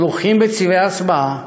מרוחים בצבעי הסוואה,